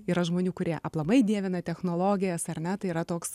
yra žmonių kurie aplamai dievina technologijas ar ne tai yra toks